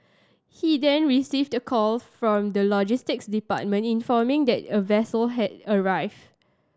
he then received a call from the logistics department informing that a vessel had arrived